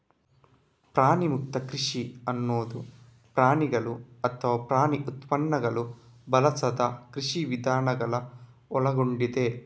ಪ್ರಾಣಿಮುಕ್ತ ಕೃಷಿ ಅನ್ನುದು ಪ್ರಾಣಿಗಳು ಅಥವಾ ಪ್ರಾಣಿ ಉತ್ಪನ್ನಗಳನ್ನ ಬಳಸದ ಕೃಷಿ ವಿಧಾನಗಳನ್ನ ಒಳಗೊಂಡಿದೆ